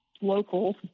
local